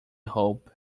hope